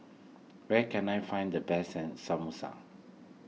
where can I find the best Samosa